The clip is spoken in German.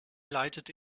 leitete